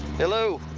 hello?